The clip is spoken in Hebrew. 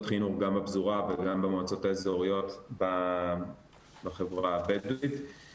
חינוך גם בפזורה וגם במועצות האזוריות בחברה הבדואית,